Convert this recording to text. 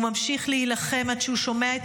הוא ממשיך להילחם עד שהוא שומע את